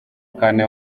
kane